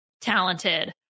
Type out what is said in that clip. talented